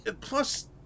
Plus